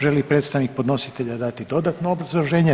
Želi li predstavnik podnositelja dati dodatno obrazloženje?